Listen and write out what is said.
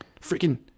Freaking